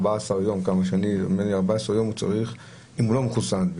14 יום בבידוד אם הוא לא מחוסן.